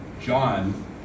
John